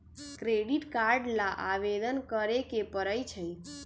credit card ला आवेदन करे के परई छई